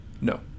No